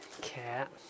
Cat